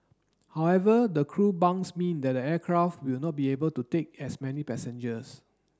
however the crew bunks mean that the aircraft will not be able to take as many passengers